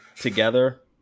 together